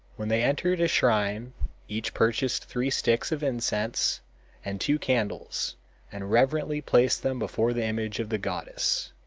when they entered a shrine each purchased three sticks, of incense and two candles and reverently placed them before the image of the goddess,